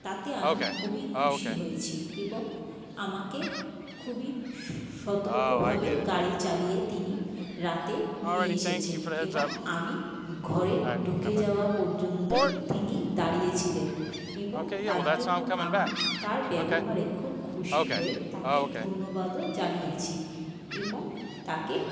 তাতে আমি খুবই খুশি হয়েছি এবং আমাকে খুবই সতর্কভাবে গাড়ি চালিয়ে তিনি রাতে নিয়ে এসেছেন এবং আমি ঘরে ঢুকে যাওয়া পর্যন্ত তিনি দাঁড়িয়ে ছিলেন এবং তার জন্য আমি তার ব্যবহারে খুব খুশি হয়ে তাকে ধন্যবাদও জানিয়েছি এবং তাকে